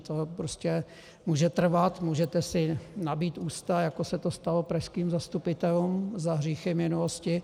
To prostě může trvat, můžete si nabít ústa, jako se to stalo pražským zastupitelům za hříchy minulosti.